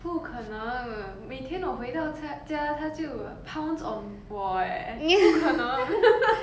不可能每天我回到家家它就 pounce on 我 eh 不可能